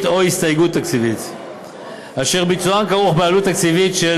או הסתייגות תקציבית אשר ביצוען כרוך בעלות תקציבית של